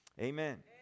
Amen